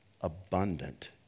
abundant